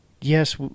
Yes